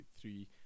three